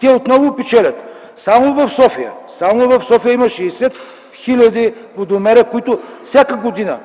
Те отново печелят. Само в София има 60 000 водомера, които всяка година